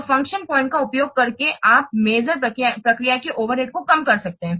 तो function point का उपयोग करके आप माप प्रक्रिया के ओवरहेड को कम कर सकते हैं